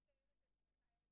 כדי לייתר את הצורך בהמתנה לתקנות,